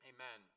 Amen